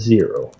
Zero